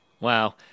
Wow